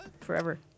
Forever